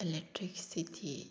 electricity